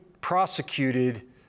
prosecuted